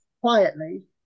quietly